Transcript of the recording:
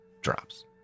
drops